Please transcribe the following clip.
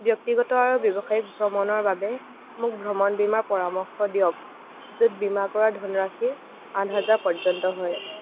ব্যক্তিগত আৰু ব্যৱসায়িক ভ্ৰমণৰ বাবে মোক ভ্ৰমণ বীমাৰ পৰামৰ্শ দিয়ক য'ত বীমা কৰা ধনৰাশি আঠ হাজাৰ পৰ্যন্ত হয়